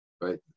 right